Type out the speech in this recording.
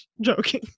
joking